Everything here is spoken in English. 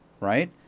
right